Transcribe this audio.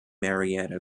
marietta